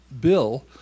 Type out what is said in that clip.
bill